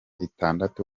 itandatu